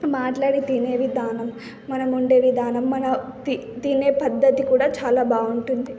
మాట్లాడి తినే విధానం మనం ఉండే విధానం మన తి తినే పద్ధతి కూడా చాలా బాగుంటుంది